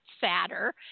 sadder